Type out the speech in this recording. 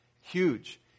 huge